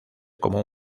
como